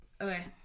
Okay